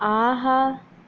ஆஹா